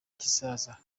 kizaza